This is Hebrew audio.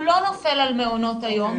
הוא לא נופל על מעונות היום,